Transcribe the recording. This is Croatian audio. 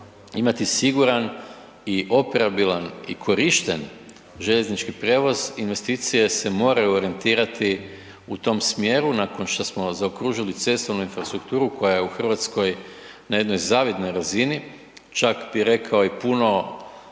imati siguran i operabilan i korišten željeznički prijevoz, investicije se moraju orijentirati u tom smjeru nakon šta smo zaokružili cestovnu infrastrukturu koja je u Hrvatskoj na jednoj zavidnoj razini, čak bi rekao i puno